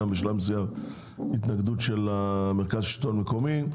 ובשלב מסוים התנגדות של מרכז השלטון המקומי,